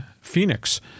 Phoenix